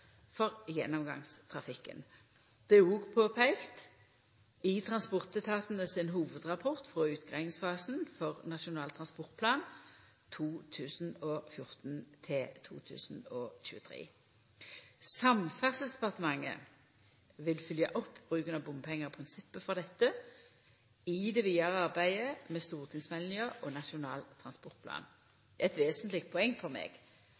for gjennomgangstrafikken. Det er òg påpeikt i transportetatane sin hovudrapport frå utgreiingsfasen for Nasjonal transportplan 2014–2023. Samferdselsdepartementet vil følgja opp bruken av bompengar og prinsippa for dette i det vidare arbeidet med stortingsmeldinga om Nasjonal transportplan. Det er eit vesentleg poeng for meg